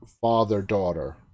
father-daughter